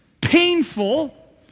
painful